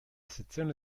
sezione